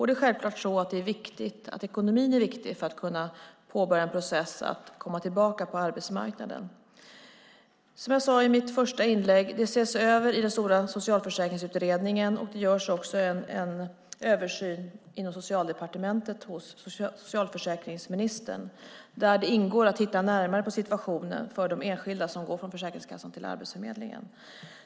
Det är självklart så att ekonomin är viktig för att man ska kunna påbörja en process för att komma tillbaka på arbetsmarknaden. Som jag sade i mitt första inlägg ses detta över i den stora socialförsäkringsutredningen. Det görs också en översyn inom Socialdepartementet hos socialförsäkringsministern där det ingår att titta närmare på situationen för de enskilda som går från Försäkringskassan till Arbetsförmedlingen.